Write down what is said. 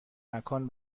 مکان